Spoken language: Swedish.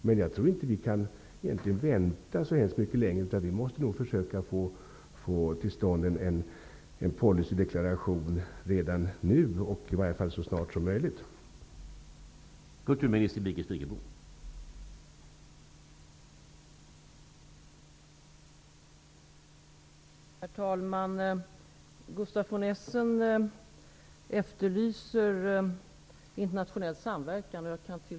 Men jag tror inte att vi kan vänta så mycket längre utan att vi redan nu, eller i alla fall så snart som möjligt, måste försöka få till stånd en policydeklaration.